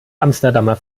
amsterdamer